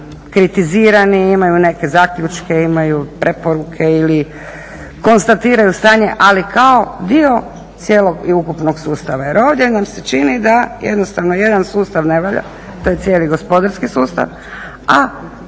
kritizirani, imaju neke zaključke, imaju preporuke ili konstatiraju stanje, ali kao dio cijelog i ukupnog sustava jer ovdje nam se čini da jednostavno jedan sustav ne valja, to je cijeli gospodarski sustav,